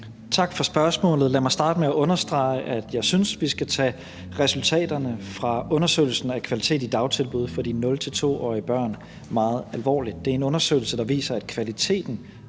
Tak for spørgsmålet. Lad mig starte med at understrege, at jeg synes, at vi skal tage resultaterne fra undersøgelsen af kvalitet i dagtilbud for de 0-2-årige børn meget alvorligt. Det er en undersøgelse, der viser, at kvaliteten